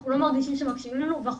אנחנו לא מרגישים שמקשיבים לנו ואנחנו